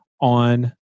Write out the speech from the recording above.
on